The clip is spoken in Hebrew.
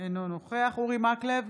אינו נוכח אורי מקלב,